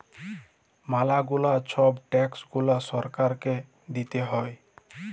ম্যালা গুলা ছব ট্যাক্স গুলা সরকারকে দিতে হ্যয়